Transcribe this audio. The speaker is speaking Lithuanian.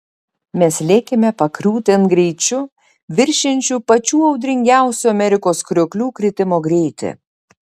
mes lėkėme pakriūtėn greičiu viršijančiu pačių audringiausių amerikos krioklių kritimo greitį